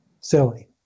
silly